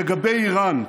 "לגבי איראן",